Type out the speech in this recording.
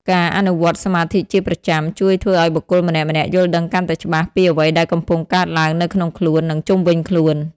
ការអនុវត្តសមាធិជាប្រចាំជួយធ្វើឱ្យបុគ្គលម្នាក់ៗយល់ដឹងកាន់តែច្បាស់ពីអ្វីដែលកំពុងកើតឡើងនៅក្នុងខ្លួន និងជុំវិញខ្លួន។